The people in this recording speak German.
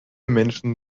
menschen